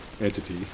entity